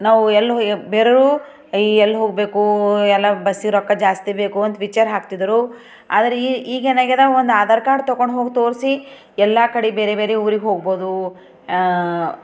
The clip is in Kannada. ನಾವು ಎಲ್ಲಿ ಹೊ ಬೇರರು ಎಲ್ಲಿ ಹೋಗಬೇಕು ಎಲ್ಲ ಬಸ್ಸಿಗೆ ರೊಕ್ಕ ಜಾಸ್ತಿ ಬೇಕು ಅಂತ ವಿಚಾರ ಹಾಕ್ತಿದ್ದರು ಆದ್ರೆ ಈ ಈಗೇನಾಗ್ಯದ ಒಂದು ಆಧಾರ್ ಕಾರ್ಡ್ ತಗೊಂಡು ಹೋಗಿ ತೋರಿಸಿ ಎಲ್ಲ ಕಡೆ ಬೇರೆ ಬೇರೆ ಊರಿಗೆ ಹೋಗ್ಬೋದು